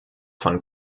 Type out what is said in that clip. von